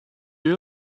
you